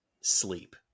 sleep